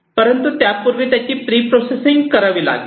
परंतु त्यापूर्वी त्याची प्रि प्रोसेसिंग करावी लागेल